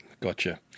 Gotcha